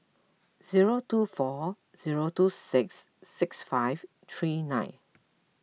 zero two four zero two six six five three nine